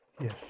Yes